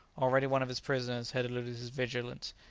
already one of his prisoners had eluded his vigilance,